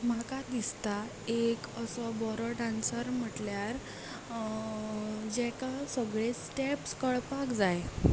म्हाका दिसता एक असो बरो डांसर म्हटल्यार जाका सगले स्टेप कळपाक जाय